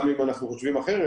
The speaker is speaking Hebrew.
גם אם אנחנו חושבים אחרת,